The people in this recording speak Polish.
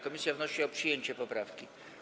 Komisja wnosi o przyjęcie poprawki.